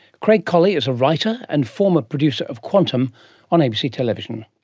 craig collie is a writer and former producer of quantum on abc television.